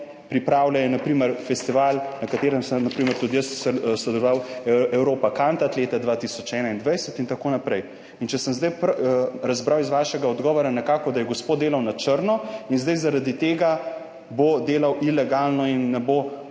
primer festival, na katerem sem tudi jaz sodeloval, Europa Cantat, leta 2021 in tako naprej. In če sem zdaj razbral iz vašega odgovora nekako, da je gospod delal na črno in bo zdaj zaradi tega delal ilegalno in ne bo